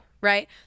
right